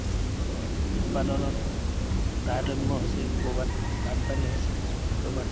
উৎপাদনত তাৰতম্য হৈছে ক'ৰবাত বানপানী হৈছে ক'ৰবাত